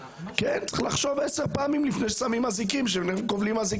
צריך לחשוב עשר פעמים לפני ששמים אזיקים על מישהו.